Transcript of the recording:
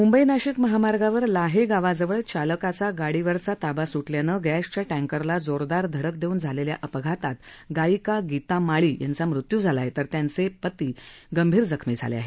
मुंबई नाशिक महामार्गावर लाहे गावाजवळ चालकाचा गाडीवरील ताबा सुटल्यानं गष्ठाच्या टँकरला जोरदार धडक देऊन झालेल्या अपघातात गायिका गीता माळी यांचा मृत्यू झाला आहे तर तिचे पती गंभीर जखमी झाले आहेत